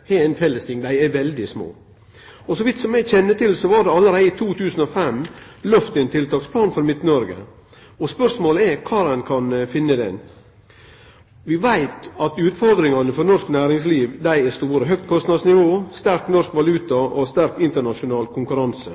har noko til felles, dei er veldig små. Så vidt eg kjenner til, var det allereie i 2005 lovt ein tiltaksplan for Midt-Noreg. Spørsmålet er kvar ein kan finne han. Vi veit at utfordringane for norsk næringsliv er store – høgt kostnadsnivå, sterk norsk valuta og sterk internasjonal konkurranse.